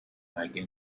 مگه